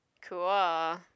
Cool